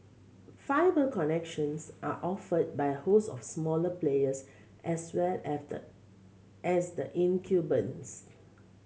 fibre connections are offered by a host of smaller players as well as the as the incumbents